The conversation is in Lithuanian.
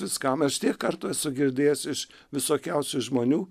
viskam aš tiek kartų esu girdėjęs iš visokiausių žmonių